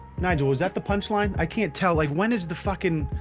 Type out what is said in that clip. nigel was that the punchline? i can't tell. like when is the fucking.